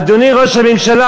אדוני ראש הממשלה,